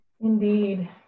Indeed